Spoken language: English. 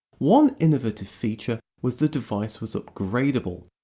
one innovative feature was the device was upgradable,